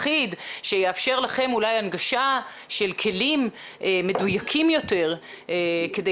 אחיד שיאפשר לכם אולי הנגשה של כלים מדויקים יותר כדי